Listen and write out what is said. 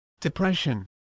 Depression